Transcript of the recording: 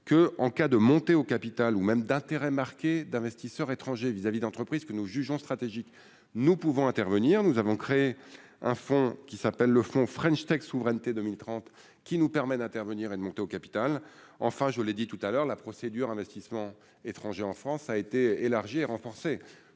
que en cas de montée au capital ou même d'intérêt marqué d'investisseurs étrangers vis à vis d'entreprise que nous jugeons stratégique nous pouvons intervenir, nous avons créé un fonds qui s'appelle le Front French Tech souveraineté 2030, qui nous permet d'intervenir et de monter au capital, enfin je l'ai dit tout à l'heure, la procédure investissements étrangers en France, a été élargie et renforcée